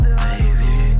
baby